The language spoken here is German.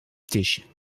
tisch